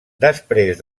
després